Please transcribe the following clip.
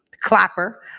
Clapper